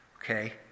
okay